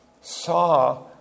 saw